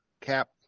Cap